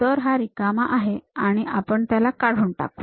तर हा रिकामा आहे आणि आपण त्याला काढून टाकू